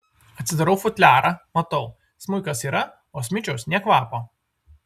atsidarau futliarą matau smuikas yra o smičiaus nė kvapo